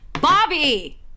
Bobby